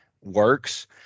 works